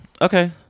Okay